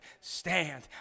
stand